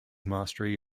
mastery